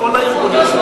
מכל הארגונים,